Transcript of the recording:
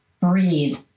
breathe